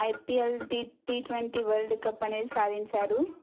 IPL T T twenty world cup అనేది సాధించారు